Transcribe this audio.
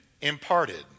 imparted